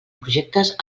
projectes